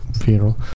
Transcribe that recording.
funeral